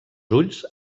ulls